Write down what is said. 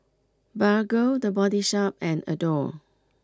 Bargo the Body Shop and Adore